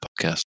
podcast